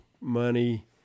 money